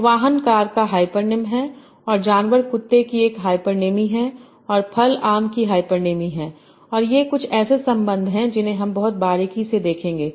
तो वाहन कार का हाइपरनेम है और जानवर कुत्ते की एक हाइपरनेमी है और फल आम की हाइपरनेमी है और ये कुछ ऐसे संबंध हैं जिन्हें हम बहुत बारीकी से देखेंगे